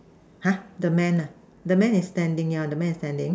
!huh! the man ah the man is standing yeah the man is standing